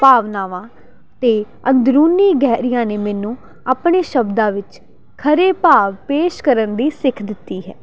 ਭਾਵਨਾਵਾਂ ਅਤੇ ਅੰਦਰੂਨੀ ਗਹਿਰਾਈਆਂ ਨੇ ਮੈਨੂੰ ਆਪਣੇ ਸ਼ਬਦਾਂ ਵਿੱਚ ਖਰੇ ਭਾਗ ਪੇਸ਼ ਕਰਨ ਦੀ ਸਿੱਖ ਦਿੱਤੀ ਹੈ